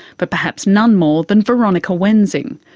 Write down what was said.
but perhaps none more than veronica wensing,